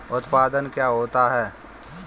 उत्पाद क्या होता है?